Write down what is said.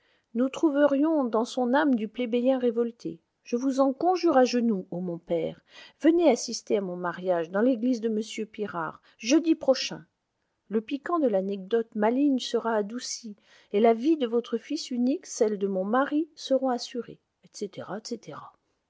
nous trouverions dans son âme du plébéien révolté je vous en conjure à genoux ô mon père venez assister à mon mariage dans l'église de m pirard jeudi prochain le piquant de l'anecdote maligne sera adouci et la vie de votre fils unique celle de mon mari seront assurées etc etc